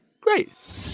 great